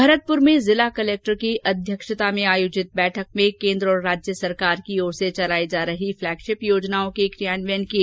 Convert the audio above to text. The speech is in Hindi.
भरतपुर में जिला कलेक्टर की अध्यक्षता में आयोजित बैठक में केंद्र और राज्य सरकार की चलाई जा रही फ्लैगशिप योजनाओं के क्रियान्वन की समीक्षा की गई